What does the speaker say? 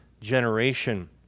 generation